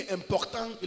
important